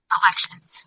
elections